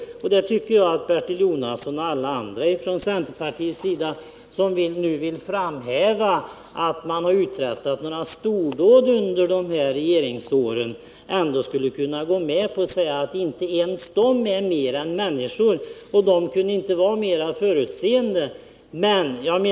Det tycker jag att Bertil Jonasson och alla andra i centerpartiet, som nu vill låta påskina att man har uträttat stordåd under de här regeringsåren, skulle kunna erkänna. Inte ens de är mer än människor, och de kunde inte vara mera förutseende.